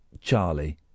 Charlie